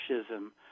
fascism